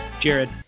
Jared